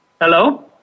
Hello